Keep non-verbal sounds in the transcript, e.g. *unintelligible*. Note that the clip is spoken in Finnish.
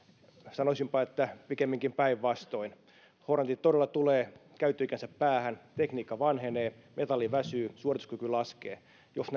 sanoisinpa että pikemminkin päinvastoin hornetit todella tulevat käyttöikänsä päähän tekniikka vanhenee metalli väsyy suorituskyky laskee jos *unintelligible*